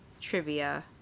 trivia